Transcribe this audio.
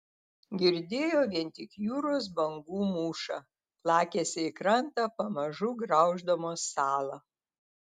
girdėjo vien tik jūros bangų mūšą plakėsi į krantą pamažu grauždamos salą